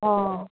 অঁ